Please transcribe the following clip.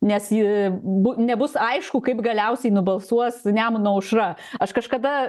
nes ji bu nebus aišku kaip galiausiai nubalsuos nemuno aušra aš kažkada